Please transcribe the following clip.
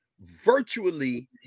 virtually